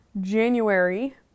January